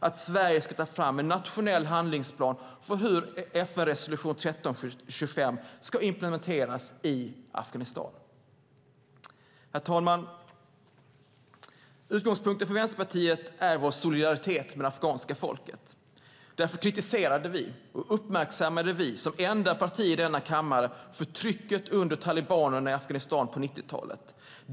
att Sverige därför ska ta fram en nationell handlingsplan för hur FN-resolution 1325 ska implementeras i Afghanistan. Herr talman! Utgångspunkten för Vänsterpartiet är vår solidaritet med det afghanska folket. Därför uppmärksammade och kritiserade vi som enda parti i denna kammare förtrycket under talibanregimen på 90-talet.